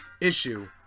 issue